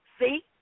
see